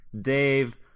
Dave